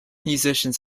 musicians